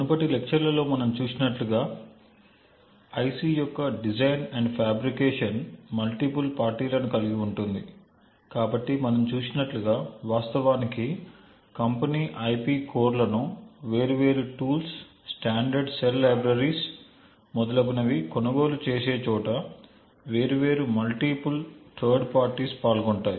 మునుపటి లెక్చర్ లలో మనము చూసినట్లుగా ఐసి యొక్క design and fabrication multiple party లను కలిగి ఉంటుంది కాబట్టి మనం చూసినట్లుగా వాస్తవానికి కంపెనీ ఐపి కోర్లను వేర్వేరు టూల్స్ స్టాండర్డ్ సెల్ లైబ్రరీలు మొదలైనవి కొనుగోలు చేసే చోట వేర్వేరు మల్టీపుల్ థర్డ్ పార్టీస్ పాల్గొంటాయి